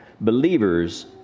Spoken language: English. Believers